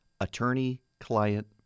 attorney-client